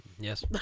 Yes